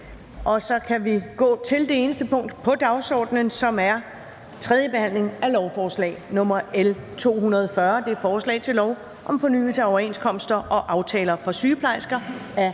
er det vedtaget. --- Det eneste punkt på dagsordenen er: 1) 3. behandling af lovforslag nr. L 240: Forslag til lov om fornyelse af overenskomster og aftaler for sygeplejersker.